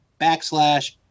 backslash